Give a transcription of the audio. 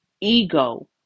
ego